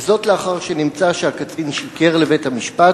לאחר שנמצא שהקצין שיקר לבית-המשפט